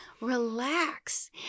relax